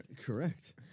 Correct